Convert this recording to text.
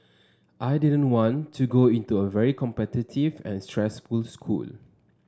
I didn't want to go into a very competitive and stressful school